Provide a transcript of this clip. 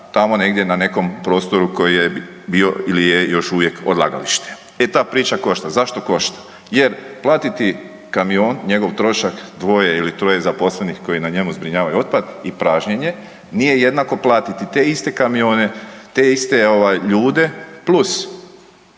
tamo negdje na nekom prostoru koji je bio ili je još uvijek odlagalište. E ta priča košta. Zašto košta? Jer platiti kamion, njegov trošak, dvoje ili troje zaposlenih koji na njemu zbrinjavaju otpad i pražnjenje nije jednako platiti te iste kamione te iste ovaj ljude plus